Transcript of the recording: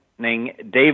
David